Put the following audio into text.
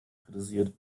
kritisiert